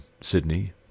Sydney